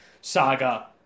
saga